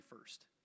first